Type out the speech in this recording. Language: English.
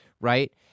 right